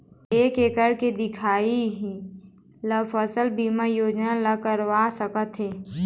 एक एकड़ के दिखाही ला फसल बीमा योजना ला करवा सकथन?